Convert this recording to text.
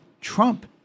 Trump